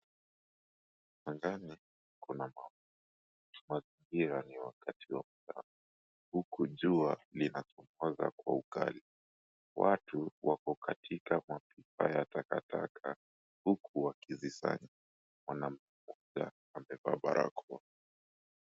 Angani kuna mawingu. Mazingira ni wakati wa mchana huku jua linachomoza kwa ukali, watu wako katika mapipa ya takataka huku wakizisanya, mwanamke mmoja amevaa barakoa.